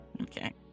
okay